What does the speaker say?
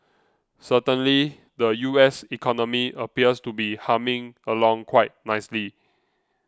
certainly the U S economy appears to be humming along quite nicely